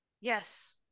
Yes